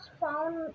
found